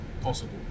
possible